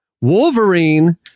wolverine